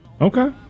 Okay